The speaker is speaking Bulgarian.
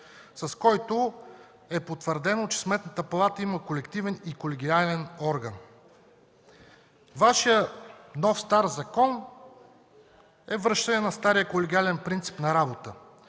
с което е потвърдено, че Сметната палата има колективен и колегиален орган. Вашият нов – стар закон е връщане на стария колегиален принцип на работа.